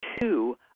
two